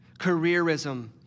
careerism